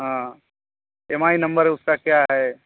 हाँ M I नंबर उसका क्या है